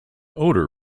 oder